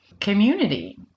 community